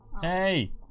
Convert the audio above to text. Hey